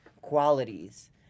qualities